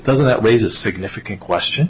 doesn't that raise a significant question